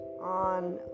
on